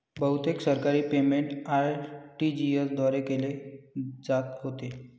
बहुतेक सरकारी payment RTGS द्वारे केले जात होते